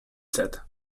said